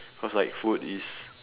cause like food is